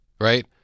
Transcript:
right